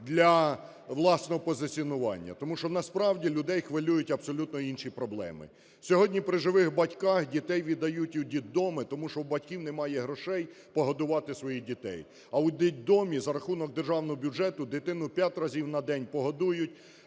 для власного позиціонування, тому що насправді людей хвилюють абсолютно інші проблеми. Сьогодні, при живих батьках, дітей віддають у дєтдоми, тому що у батьків немає грошей погодувати своїх дітей. А у дєтдомі за рахунок державного бюджету дитину п'ять разів на день погодують,